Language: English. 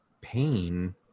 pain